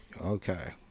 Okay